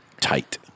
tight